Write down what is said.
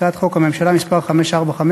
הצעת חוק מטעם הממשלה מס' 545,